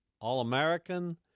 All-American